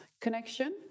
connection